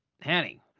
Hanny